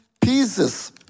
pieces